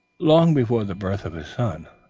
long before the birth of his son,